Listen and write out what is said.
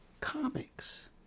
comics